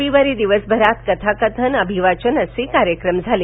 रविवारी दिवसभरात कथा कथन अभिवाचन असे कार्यक्रम झाले